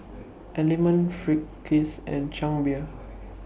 Element Friskies and Chang Beer